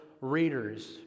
readers